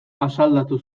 asaldatu